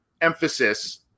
emphasis